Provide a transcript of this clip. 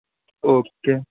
okay